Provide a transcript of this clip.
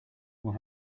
will